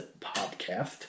podcast